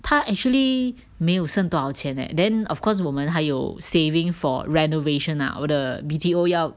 他 actually 没有剩多少钱 leh then of course 我们还有 saving for renovation ah 我的 B_T_O 要